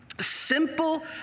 Simple